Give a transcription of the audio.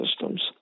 systems